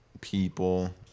people